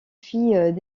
fit